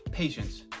Patience